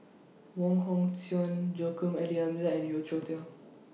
Wong Hong Suen Joaquim and D'almeida and Yeo Cheow Tong